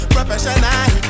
Professional